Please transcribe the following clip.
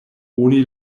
oni